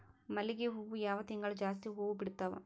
ಮಲ್ಲಿಗಿ ಹೂವು ಯಾವ ತಿಂಗಳು ಜಾಸ್ತಿ ಹೂವು ಬಿಡ್ತಾವು?